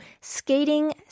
skating